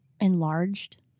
enlarged